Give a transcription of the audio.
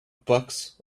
pox